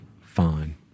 fine